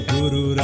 Guru